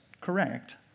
correct